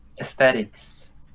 aesthetics